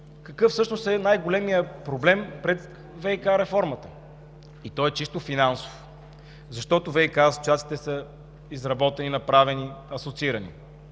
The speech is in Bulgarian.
какъв всъщност е най-големият проблем пред ВиК реформата. Той е чисто финансов. Защото ВиК асоциациите са изработени, направени, асоциирани